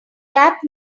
rap